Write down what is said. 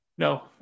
No